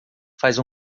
faz